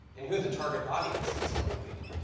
and who the target audience is going to be.